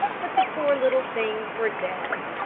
but the poor little things were dead.